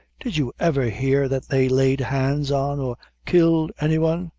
did you ever hear that they laid hands on or killed any one?